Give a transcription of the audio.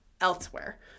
Elsewhere